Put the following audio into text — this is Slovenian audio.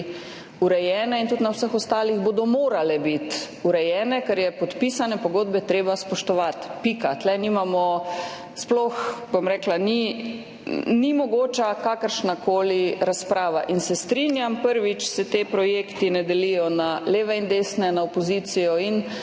urejene in tudi na vseh ostalih bodo morale biti urejene, ker je podpisane pogodbe treba spoštovati. Pika. Tukaj ni mogoča kakršnakoli razprava. In se strinjam, prvič, da se ti projekti ne delijo na leve in desne, na opozicijo in